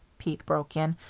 pete broke in.